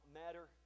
matter